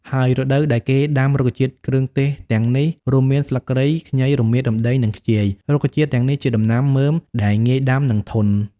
ហើយរដូវដែរគេដាំរុក្ខជាតិគ្រឿងទេសទាំងនេះរួមមាន ស្លឹកគ្រៃ ខ្ញី រមៀត រំដេង និងខ្ជាយ រុក្ខជាតិទាំងនេះជាដំណាំមើមដែលងាយដាំ និងធន់។